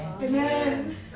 Amen